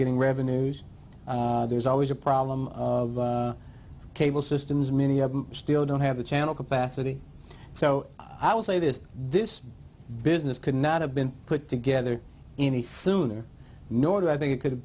getting revenues there's always a problem of cable systems many of them still don't have a channel capacity so i would say this this business could not have been put together any sooner nor do i think it could have